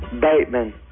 Bateman